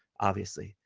obviously,